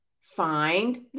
find